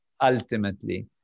ultimately